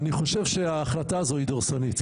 אני חושב שההחלטה הזאת היא דורסנית.